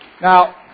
Now